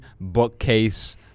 bookcase